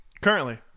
Currently